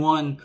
One